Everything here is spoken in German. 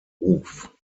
ruf